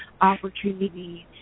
opportunities